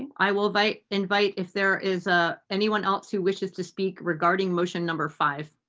i will invite invite if there is ah anyone else who wishes to speak regarding motion number five.